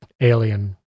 alien